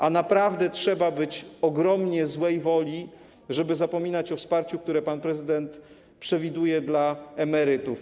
A naprawdę trzeba być ogromnie złej woli, żeby zapominać o wsparciu, które pan prezydent przewiduje dla emerytów.